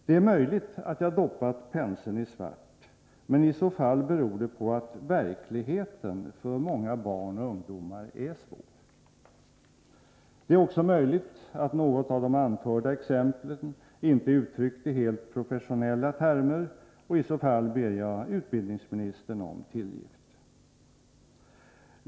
Det är möjligt att jag doppat penseln i svart färg, men i så fall beror det på att verkligheten för många barn och ungdomar är svår. Det är också möjligt att något av de anförda exemplen inte uttryckts i helt professionella termer. I så fall ber jag utbildningsministern om tillgift.